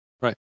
Right